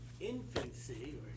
infancy